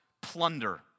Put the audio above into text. plunder